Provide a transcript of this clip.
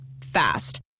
Fast